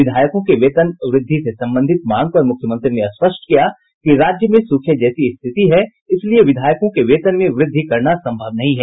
विधायकों की वेतन वृद्धि से संबंधित मांग पर मुख्यमंत्री ने स्पष्ट किया कि राज्य में सूखे जैसी स्थिति है इसलिए विधायकों के वेतन में वृद्धि करना संभव नहीं है